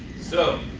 so,